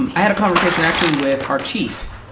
um i had a conversation, actually, with our chief,